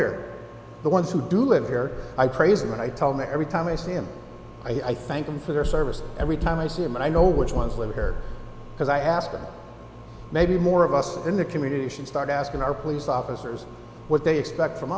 near the ones who do live here i praise them and i tell me every time i see him i thank them for their service every time i see him and i know which ones will hurt because i ask or maybe more of us in the community should start asking our police officers what they expect from